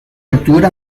altura